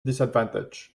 disadvantage